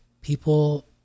people